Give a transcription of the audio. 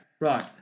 Right